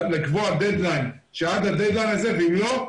לקבוע דד ליין שעד הדד ליין הזה ואם לא,